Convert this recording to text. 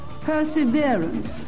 perseverance